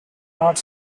not